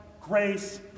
grace